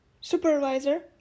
supervisor